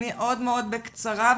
מאוד בקצרה,